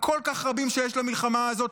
הכל-כך רבים שיש במלחמה הזאת,